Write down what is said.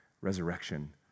resurrection